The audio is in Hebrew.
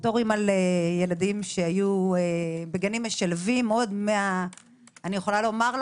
בתור אמא לילדים שהיו בגנים משלבים אני יכולה לומר,